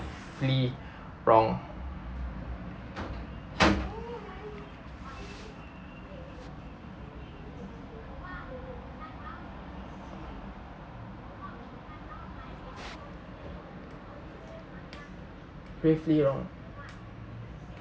~ly wrong gravely wrong